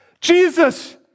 Jesus